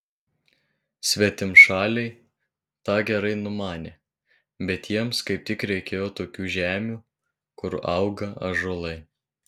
svetimšaliai tą gerai numanė bet jiems kaip tik reikėjo tokių žemių kur auga ąžuolai